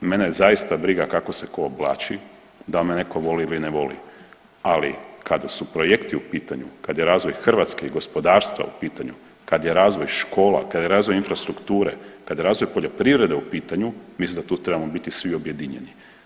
Mene je zaista briga kako se tko oblači, da li me netko voli ili ne voli, ali kada su projekti u pitanju, kada je razvoj Hrvatske i gospodarstva u pitanju, kad je razvoj škola, kad je razvoj infrastrukture, kad je razvoj poljoprivrede u pitanju, mislim da tu trebamo biti svi objedinjeni.